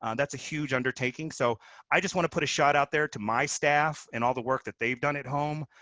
um that's a huge undertaking. so i just want to put a shout-out there to my staff and all the work that they've done at home.